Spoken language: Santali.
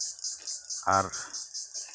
ᱟᱨ